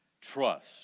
trust